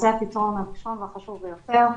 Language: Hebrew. זה הפתרון הראשון והחשוב ביותר.